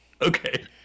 Okay